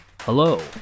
Hello